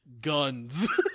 guns